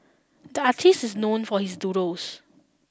the artist is known for his doodles